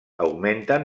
augmenten